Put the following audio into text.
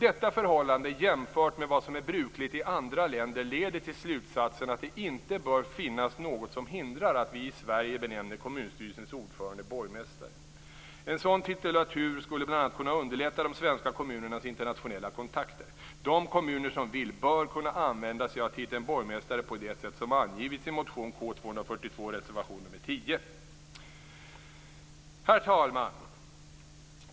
Detta förhållande jämfört med vad som är brukligt i andra länder leder till slutsatsen att det inte bör finnas något som hindrar att vi i Sverige benämner kommunstyrelsens ordförande borgmästare. En sådan titulatur skulle bl.a. kunna underlätta de svenska kommunernas internationella kontakter. De kommuner som vill bör kunna använda sig av titeln borgmästare på det sätt som angivits i motion K242 Herr talman!